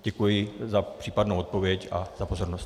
Děkuji za případnou odpověď a za pozornost.